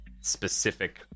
specific